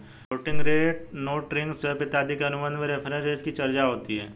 floating rate notes ring swap इत्यादि के अनुबंध में रेफरेंस रेट की चर्चा होती है